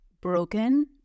broken